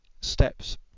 steps